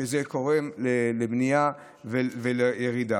שזה גורם למניעה ולירידה.